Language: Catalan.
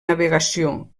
navegació